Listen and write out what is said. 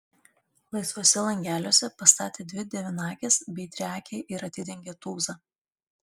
laisvuose langeliuose pastatė dvi devynakes bei triakę ir atidengė tūzą